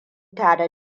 tare